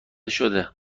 شده